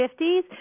50s